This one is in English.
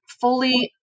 fully